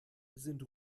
sind